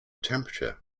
temperature